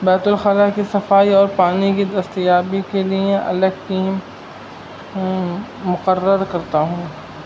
بیت الخلا کی صفائی اور پانی کی دستیابی کے لیے الگ مقرر کرتا ہوں